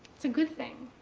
it's a good thing.